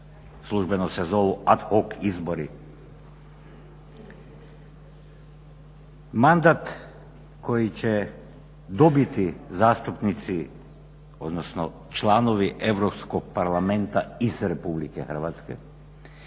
službeno se zovu ad hoc izbori. Mandat koji će dobiti zastupnici odnosno članovi Europskog parlamenta iz Republike Hrvatske